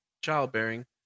childbearing